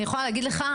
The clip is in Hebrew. אני יכולה להגיד לך,